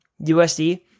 USD